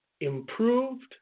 improved